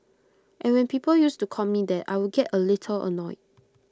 and when people used to call me that I would get A little annoyed